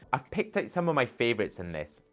i've picked out some of my favourites in this,